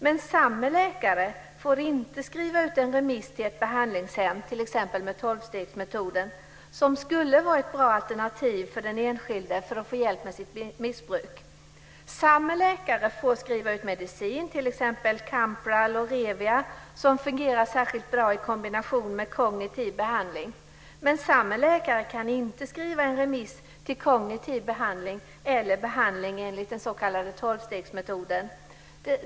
Men samme läkare får inte skriva ut en remiss till ett behandlingshem, t.ex. med tolvstegsmetoden, som skulle vara ett bra alternativ för att den enskilde skulle kunna få hjälp med sitt missbruk. En läkare får skriva ut medicin, t.ex. Campral och Revia, som fungerar särskilt bra i kombination med kognitiv behandling, men samme läkare kan inte skriva en remiss till kognitiv behandling eller behandling enligt tolvstegsmetoden.